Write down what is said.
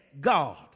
God